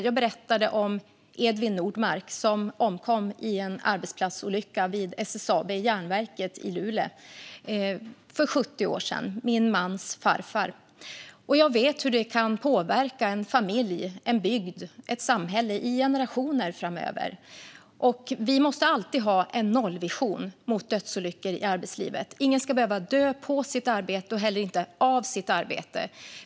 Jag berättade om Edvin Nordmark, som omkom i en arbetsplatsolycka vid SSAB, järnverket i Luleå, för 70 år sedan. Det var min mans farfar. Jag vet hur det kan påverka en familj, en bygd och ett samhälle i generationer framöver. Vi måste alltid ha en nollvision för dödsolyckor i arbetslivet. Ingen ska behöva dö på sitt arbete och heller inte av sitt arbete.